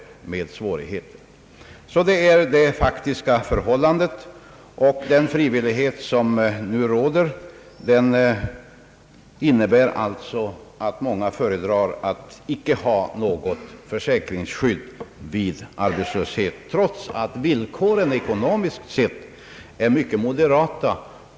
Detta är det faktiska förhållandet — den frivillighet som nu råder innebär att många föredrar att icke ha något försäkringsskydd vid arbetslöshet, trots att villkoren ekonomiskt sett är mycket moderata.